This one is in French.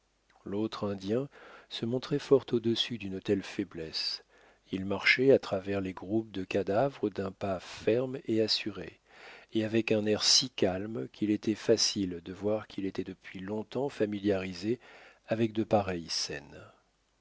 l'autre indien se montrait fort audessus d'une telle faiblesse il marchait à travers les groupes de cadavres d'un pas ferme et assuré et avec un air si calme qu'il était facile de voir qu'il était depuis longtemps familiarisé avec de pareilles scènes